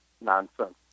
nonsense